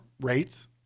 rates